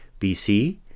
BC